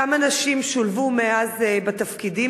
כמה נשים שולבו מאז הדוח בתפקידים?